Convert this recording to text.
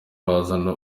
bazana